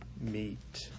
meet